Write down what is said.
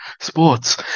sports